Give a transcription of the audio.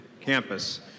campus